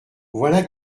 voilà